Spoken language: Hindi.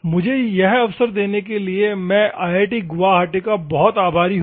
मुझे वह अवसर देने के लिए मैं IIT गुवाहाटी का बहुत आभारी हूं